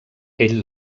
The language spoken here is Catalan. ell